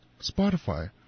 Spotify